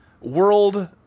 world